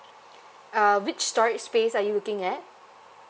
uh which storage space are you looking at